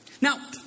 Now